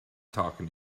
talking